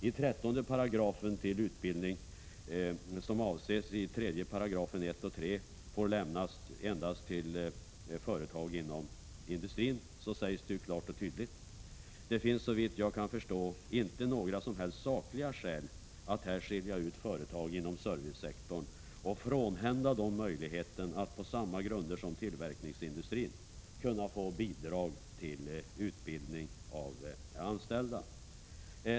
I 13 § sägs att bidrag till utbildning som avses i 3 § 1 och 3 mom. får lämnas endast till företag inom industrin. Det sägs klart och tydligt. Det finns såvitt jag förstår inte några som helst sakliga skäl att här skilja ut företag inom servicesektorn och frånhända dem möjligheten att på samma grunder som tillverkningsindustrin få bidrag till utbildning av anställda.